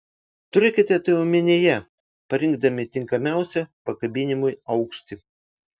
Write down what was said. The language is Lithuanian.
turėkite tai omenyje parinkdami tinkamiausią pakabinimui aukštį